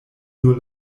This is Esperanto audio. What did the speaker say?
nur